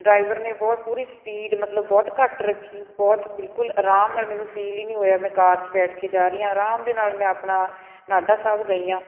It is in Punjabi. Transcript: ਡਰਾਈਵਰ ਨੇ ਬਹੁਤ ਪੂਰੀ ਸਪੀਡ ਮਤਲਬ ਬਹੁਤ ਘੱਟ ਰੱਖੀ ਬਹੁਤ ਬਿਲਕੁਲ ਆਰਾਮ ਨਾਲ ਮੈਨੂੰ ਫੀਲ ਹੀ ਨਹੀਂ ਹੋਇਆ ਮੈਂ ਕਾਰ 'ਚ ਬੈਠ ਕੇ ਜਾ ਰਹੀ ਹਾਂ ਆਰਾਮ ਦੇ ਨਾਲ ਮੈਂ ਆਪਣਾ ਨਾਢਾ ਸਾਹਿਬ ਗਈ ਹਾਂ